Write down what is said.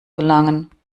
gelangen